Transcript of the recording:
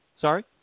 Sorry